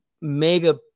mega